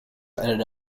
ended